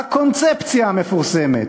הקונספציה המפורסמת.